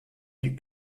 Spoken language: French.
lux